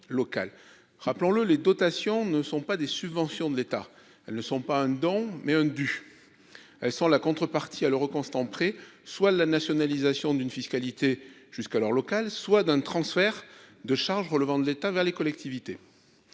Ensuite, les dotations ne sont pas des subventions de l'État. Elles sont non pas un don, mais un dû ! C'est la contrepartie, à l'euro constant près, soit de la nationalisation d'une fiscalité jusqu'alors locale, soit d'un transfert de charges de l'État vers les collectivités.